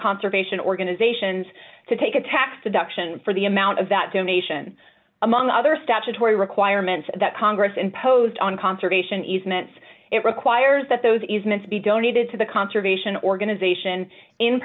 conservation organizations to take a tax deduction for the amount of that donation among other statutory requirements that congress imposed on conservation easements it requires that those easements be donated to the conservation organization in